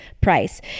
price